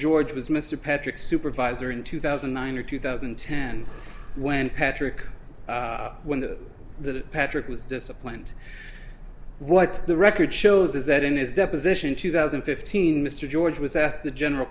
george was mr patrick supervisor in two thousand and nine or two thousand and ten when patrick when the the patrick was disciplined what the record shows is that in his deposition in two thousand and fifteen mr george was asked the general